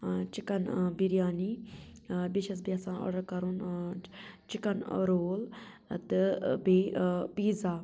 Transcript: ٲں چِکَن ٲں بِریانِی ٲں بیٚیہِ چھس بہٕ یژھان آرڈَر کَرُن ٲں چِکَن رول تہٕ ٲں بیٚیہِ پیٖزا